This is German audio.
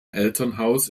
elternhaus